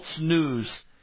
news